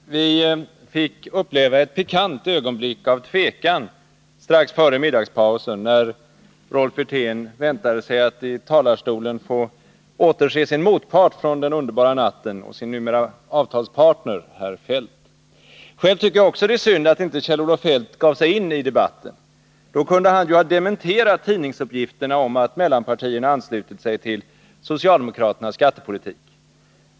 Herr talman! Vi fick uppleva ett pikant ögonblick av tvekan strax före middagspausen, när Rolf Wirtén väntade sig att i talarstolen få återse sin motpart från den underbara natten och sin — numera — avtalspartner, herr Feldt. Själv tycker jag också att det är synd att inte Kjell-Olof Feldt gav sig in i debatten. Då kunde han ju ha dementerat tidningsuppgifterna om att mellanpartierna anslutit sig till socialdemokraternas skattepolitik.